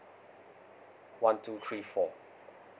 one two three four